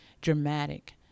dramatic